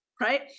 right